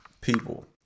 people